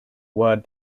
word